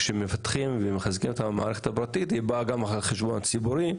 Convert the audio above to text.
כשמבטחים ומחזקים את המערכת הפרטית היא באה גם על חשבון הציבורי,